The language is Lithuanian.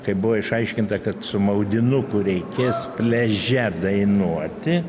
kai buvo išaiškinta kad su maudinuku reikės pliaže dainuoti